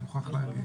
אני מוכרח להגיד.